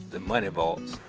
the money vaults,